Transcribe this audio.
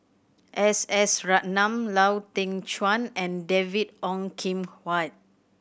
S S Ratnam Lau Teng Chuan and David Ong Kim Huat